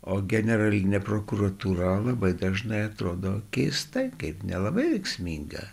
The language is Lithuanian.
o generalinė prokuratūra labai dažnai atrodo keistai kaip nelabai veiksminga